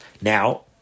Now